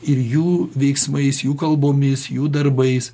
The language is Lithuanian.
ir jų veiksmais jų kalbomis jų darbais